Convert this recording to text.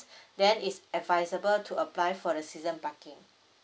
then is advisable to apply for the season parking